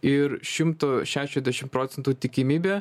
ir šimtu šešiasdešim procentų tikimybę